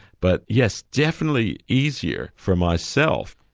but yes, definitely easier for myself.